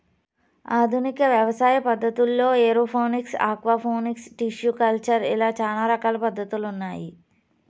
ఆధునిక వ్యవసాయ పద్ధతుల్లో ఏరోఫోనిక్స్, ఆక్వాపోనిక్స్, టిష్యు కల్చర్ ఇలా చానా రకాల పద్ధతులు ఉన్నాయి